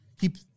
keep